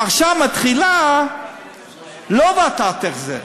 הפרשה מתחילה לא ב"ואתה תחזה",